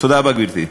תודה רבה, גברתי.